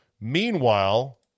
Meanwhile